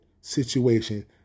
situation